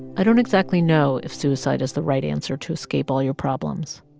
i don't exactly know if suicide is the right answer to escape all your problems.